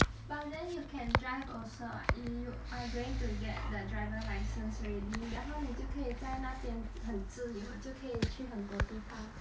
but then you can drive also what y~ you are going to get the driver license already 然后你就可以在那边很自由就可以去很多地方